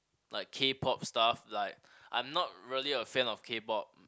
like K-pop stuff like I'm not really a fan of K-pop